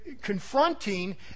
confronting